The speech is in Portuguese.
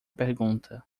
pergunta